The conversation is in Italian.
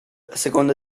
seconda